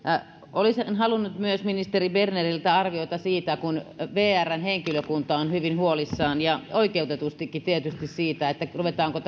olisin halunnut myös ministeri berneriltä arviota siitä kun vrn henkilökunta on hyvin huolissaan tietysti oikeutetustikin siitä ruvetaanko